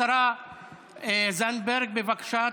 השרה זנדברג, בבקשה.